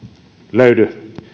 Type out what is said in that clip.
löydy